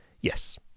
Yes